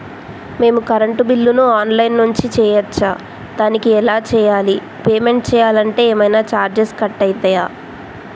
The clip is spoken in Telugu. మేము కరెంటు బిల్లును ఆన్ లైన్ నుంచి చేయచ్చా? దానికి ఎలా చేయాలి? పేమెంట్ చేయాలంటే ఏమైనా చార్జెస్ కట్ అయితయా?